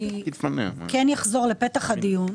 אני כן אחזור לפתח הדיון.